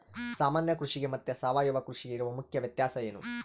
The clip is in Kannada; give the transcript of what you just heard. ಸಾಮಾನ್ಯ ಕೃಷಿಗೆ ಮತ್ತೆ ಸಾವಯವ ಕೃಷಿಗೆ ಇರುವ ಮುಖ್ಯ ವ್ಯತ್ಯಾಸ ಏನು?